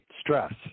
stress